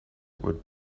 would